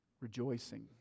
rejoicing